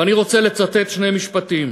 ואני רוצה לצטט שני משפטים